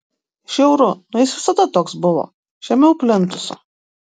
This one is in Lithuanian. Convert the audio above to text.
žiauru nu jis visada toks buvo žemiau plintuso